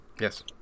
yes